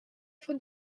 for